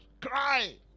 Cry